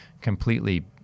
completely